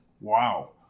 Wow